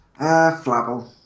flabble